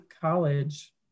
college